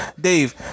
Dave